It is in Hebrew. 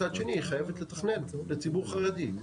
מצד שני היא חייבת לתכנן לציבור חרדי.